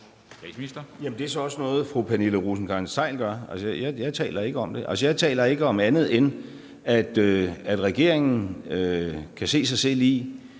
det er så også noget, fru Pernille Rosenkrantz-Theil gør. Jeg taler ikke om det. Jeg taler ikke om andet, end at regeringen i en situation,